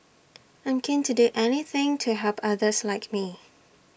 I'm keen to do anything to help others like me